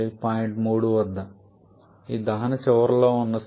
point 3 వద్ద ఇది దహన చివరిలో ఉన్న స్థితి